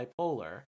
bipolar